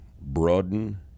broaden